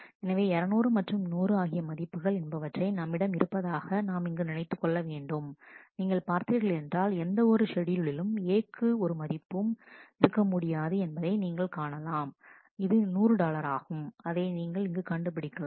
எனவே 200 மற்றும் 100 ஆகிய மதிப்புகள் என்பவற்றை நம்மிடம் இருப்பதாக நாம் இங்கு நினைத்துக் கொள்ள வேண்டும் நீங்கள் பார்த்தீர்கள் என்றால் எந்தவொரு ஷெட்யூலிலும் A க்கு ஒரு மதிப்பும் இருக்க முடியாது என்பதை நீங்கள் காணலாம் இது 100 டாலராகும் அதை நீங்கள் இங்கு கண்டுபிடிக்கலாம்